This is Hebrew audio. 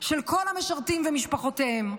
של כל המשרתים ומשפחותיהם,